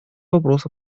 вопрос